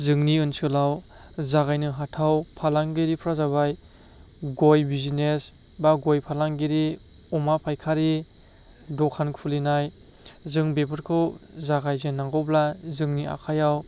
जोंनि ओनसोलाव जागायनो हाथाव फालांगिरिफ्रा जाबाय गय बिजिनेस एबा गय फालांगिरि अमा फायखारि दखान खुलिनाय जों बेफोरखौ जागाय जेननांगौब्ला जोंनि आखाइआव